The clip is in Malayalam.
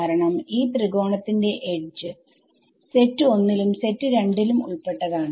കാരണം ഈ ത്രികോണ ത്തിന്റെ എഡ്ജസ് സെറ്റ് 1 ലും സെറ്റ് 2 ലും ഉൾപ്പെട്ടതാണ്